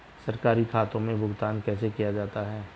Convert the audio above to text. सरकारी खातों में भुगतान कैसे किया जाता है?